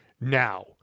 now